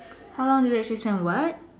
how long do you actually spend on what